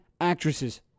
Actresses